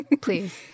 please